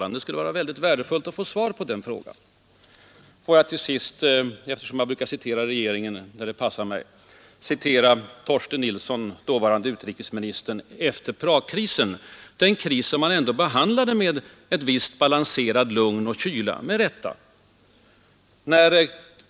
Det skulle vara värdefullt att få svar på den frågan. Låt mig till sist — eftersom jag brukar citera regeringen när det passar mig — återge vad dåvarande utrikesministern Torsten Nilsson sade efter Pragkrisen, den kris som man, med rätta, behandlade med balanserat lugn och kyla.